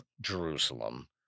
Jerusalem